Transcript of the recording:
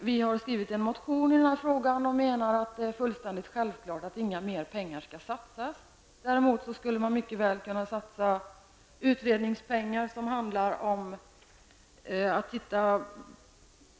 Vi har skrivit en motion i denna fråga och menar att det är fullständigt självklart att inga mer pengar skall satsas. Däremot skulle man mycket väl kunna satsa pengar på utredningar som handlar om att